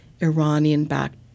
Iranian-backed